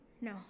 No